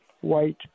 white